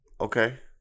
Okay